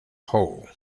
hole